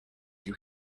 you